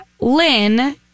lynn